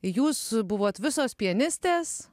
jūs buvot visos pianistės